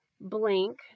blank